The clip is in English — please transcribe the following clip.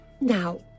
now